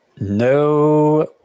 No